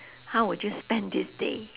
how would you spend this day